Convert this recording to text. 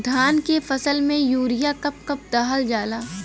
धान के फसल में यूरिया कब कब दहल जाला?